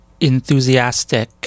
enthusiastic